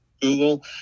Google